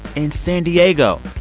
in san diego,